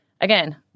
again